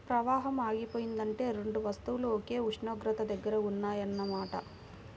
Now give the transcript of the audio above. ప్రవాహం ఆగిపోయిందంటే రెండు వస్తువులు ఒకే ఉష్ణోగ్రత దగ్గర ఉన్నాయన్న మాట